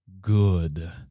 good